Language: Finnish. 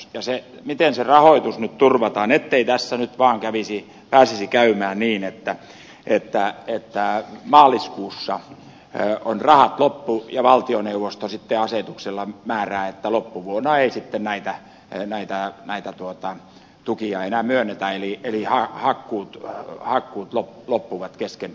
tärkeää on se miten se rahoitus nyt turvataan ettei tässä nyt vaan pääsisi käymään niin että maaliskuussa on rahat loppu ja valtioneuvosto sitten asetuksella määrää että loppuvuonna ei sitten näitä tukia enää myönnetä eli hakkuut loppuvat kesken vuoden